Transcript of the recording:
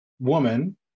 woman